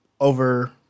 over